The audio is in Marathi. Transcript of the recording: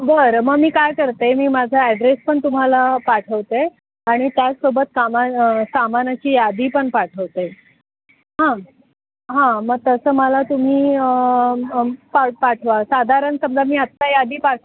बरं मं मी काय करते मी माझा ॲड्रेस पण तुम्हाला पाठवते आणि त्यासोबत कामा सामानाची यादी पण पाठवते हां हां मग तसं मला तुम्ही पा पाठवा साधारण समजा मी आत्ता यादी पाठवा